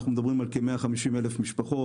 אנחנו מדברים על כ-150,000 משפחות